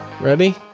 Ready